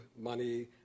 money